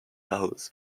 house